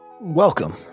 Welcome